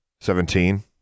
Seventeen